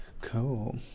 Cool